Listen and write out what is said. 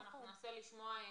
היום לא מגיעים